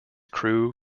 crew